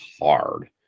hard